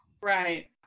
Right